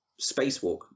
spacewalk